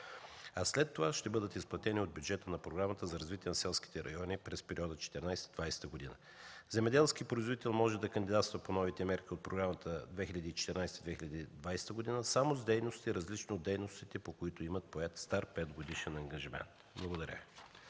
а след това ще бъдат изплатени от бюджета на Програмата за развитие на селските райони през периода 2014-2020 г. Земеделски производител може да кандидатства по новите мерки от програмата 2014-2020 г. само с дейности, различни от дейностите, по които имат поет стар петгодишен ангажимент. Благодаря